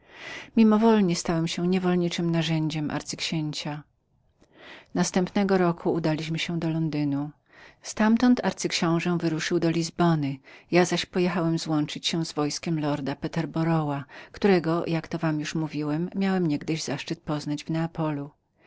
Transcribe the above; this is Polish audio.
mimowolnie stałem się niewolniczem narzędziem arcyksięcia następnego roku udaliśmy się do londynu ztamtąd arcyksiąże obrócił drogę na lizbonę ja zaś pojechałem złączyć się z wojskiem lorda peterborough którego jak to wam już mówiłem miałem był niegdyś zaszczyt poznania w neapolu